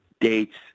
dates